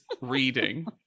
reading